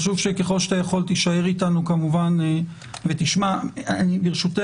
חשוב שתישאר ותשמע, ככל שאתה יכול.